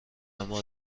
اما